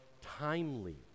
timely